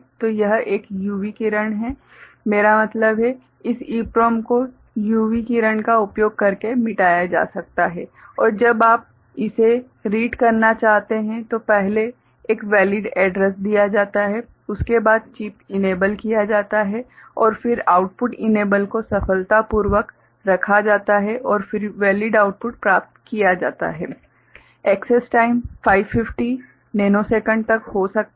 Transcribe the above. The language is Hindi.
तो यह एक UV किरण है मेरा मतलब है इस EPROM को UV किरण का उपयोग करके मिटाया जा सकता है और जब आप इसे रीड करना चाहते हैं तो पहले एक वेलीड एड्रैस दिया जाता है उसके बाद चिप इनेबल किया जाता है और फिर आउटपुट इनेबल को सफलतापूर्वक रखा जाता है और फिर वेलीड आउटपुट प्राप्त किया जाता है एक्सैस टाइम 550 नैनोसेकंड तक हो सकता है